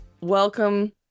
welcome